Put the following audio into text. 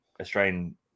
Australian